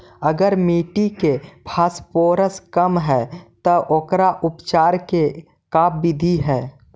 अगर मट्टी में फास्फोरस कम है त ओकर उपचार के का बिधि है?